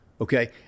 Okay